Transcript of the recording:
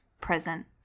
present